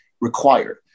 required